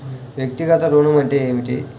వ్యక్తిగత ఋణం అంటే ఏమిటి?